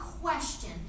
question